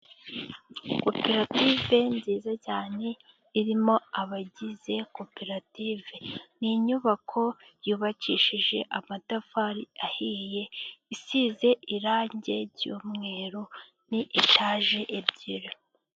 Koperative nziza cyane irimo abagize koperative, ni inyubako yubakishije amatafari ahiye, isize irange ry'umweru ni itaje ebyiri.